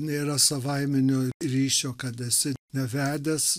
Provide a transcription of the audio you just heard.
nėra savaiminio ryšio kad esi nevedęs